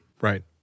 Right